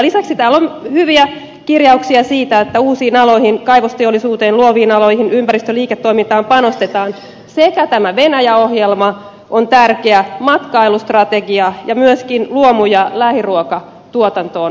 lisäksi täällä on hyviä kirjauksia siitä että uusiin aloihin kaivosteollisuuteen luoviin aloihin ympäristöliiketoimintaan panostetaan tämä venäjä ohjelma on tärkeä matkailustrategia ja myöskin luomu ja lähiruokatuotantoon panostetaan